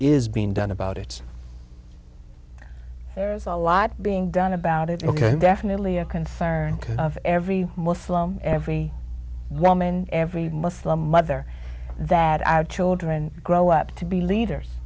is being done about it there's a lot being done about it ok definitely a concern of every muslim every woman every muslim mother that our children grow up to be leaders